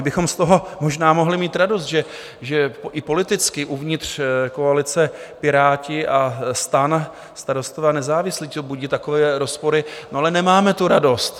My bychom z toho možná mohli mít radost, že, i politicky, uvnitř koalice Piráti a STAN, Starostové a nezávislí, co budí takové rozpory, ale nemáme tu radost.